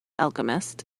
alchemist